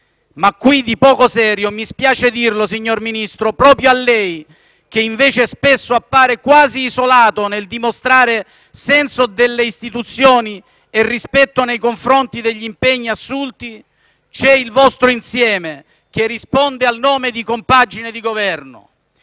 ma qui di poco serio - mi spiace dirlo, signor Ministro, proprio a lei, che invece spesso appare quasi isolato nel dimostrare senso delle istituzioni e rispetto nei confronti degli impegni assunti - c'è il vostro insieme, che risponde al nome di «compagine di Governo».